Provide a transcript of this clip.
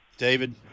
David